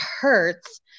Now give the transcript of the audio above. hurts